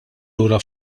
lura